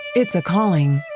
it is a calling.